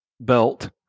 belt